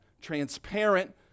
Transparent